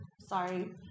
Sorry